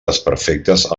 desperfectes